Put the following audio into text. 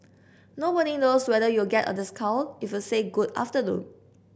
nobody knows whether you'll get a discount if you say good afternoon